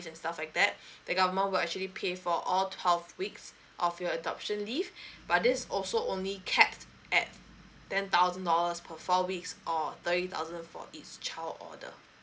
fifth stuff like that the government will actually pay for all twelve weeks of your adoption leave but this is also only capped at ten thousand dollars per four weeks or thirty thousand for each child order